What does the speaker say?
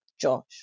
Josh